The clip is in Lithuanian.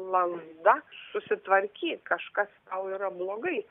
lazda susitvarkyt kažkas tau yra blogai